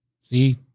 See